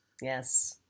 yes